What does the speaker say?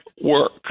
work